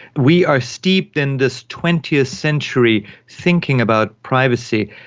we are steeped in this twentieth century thinking about privacy.